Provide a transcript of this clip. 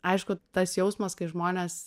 aišku tas jausmas kai žmonės